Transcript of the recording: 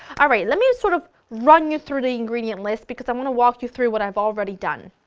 alright, let me sort of run you through the ingredient list because i want to walk you through what i've already done.